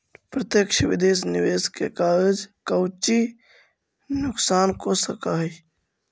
प्रत्यक्ष विदेश निवेश के कउची नुकसान हो सकऽ हई